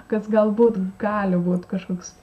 kas galbūt gali būt kažkoks